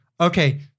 Okay